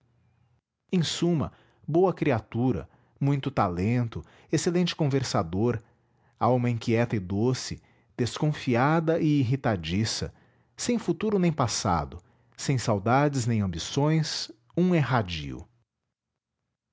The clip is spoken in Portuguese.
em suma boa criatura muito talento excelente conversador alma inquieta e doce desconfiada e irritadiça sem futuro nem passado sem saudades nem ambições um erradio